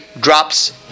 drops